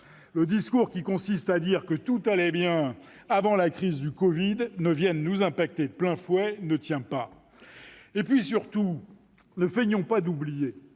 Le discours qui consiste donc à dire que tout allait bien avant que la crise du covid ne vienne nous frapper de plein fouet ne tient pas. Et puis, surtout, ne feignons pas d'oublier